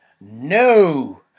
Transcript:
No